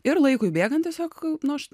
ir laikui bėgant tiesiog nu aš